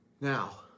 Now